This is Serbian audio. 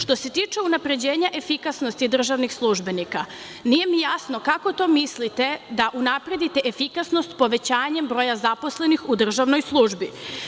Što se tiče unapređenja efikasnosti državnih službenika, nije mi jasno kako to mislite da unapredite efikasnost povećanjem broja zaposlenih u državnoj službi.